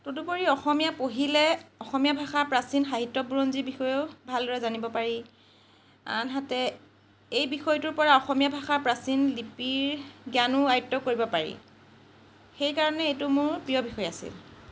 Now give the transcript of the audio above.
তদুপৰি অসমীয়া পঢ়িলে অসমীয়া ভাষাৰ প্ৰাচীন সাহিত্য বুৰঞ্জী বিষয়েও ভালদৰে জানিব পাৰি আনহাতে এই বিষয়টোৰ পৰা অসমীয়া ভাষাৰ প্ৰাচীন লিপিৰ জ্ঞানো আয়ত্ব কৰিব পাৰি সেইকাৰণে এইটো মোৰ প্ৰিয় বিষয় আছিল